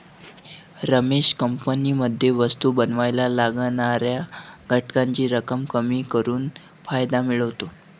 रमेश कंपनीमध्ये वस्तु बनावायला लागणाऱ्या घटकांची रक्कम कमी करून फायदा मिळवतो